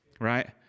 Right